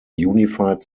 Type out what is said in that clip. unified